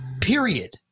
period